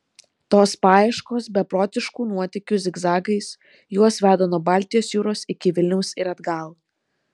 tos paieškos beprotiškų nuotykių zigzagais juos veda nuo baltijos jūros iki vilniaus ir atgal